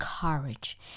courage